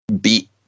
Beat